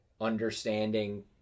understanding